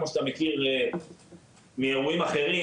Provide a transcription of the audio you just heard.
כמו שאתה מכיר מאירועים אחרים,